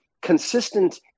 consistent